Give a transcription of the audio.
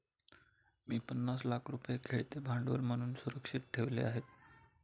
मी पन्नास लाख रुपये खेळते भांडवल म्हणून सुरक्षित ठेवले आहेत